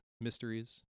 mysteries